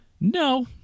No